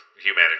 Humanity